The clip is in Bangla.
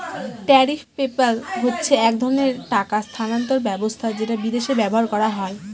ট্যারিফ পেপ্যাল হচ্ছে এক ধরনের টাকা স্থানান্তর ব্যবস্থা যেটা বিদেশে ব্যবহার করা হয়